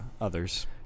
others